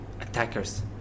attackers